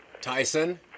Tyson